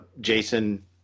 Jason –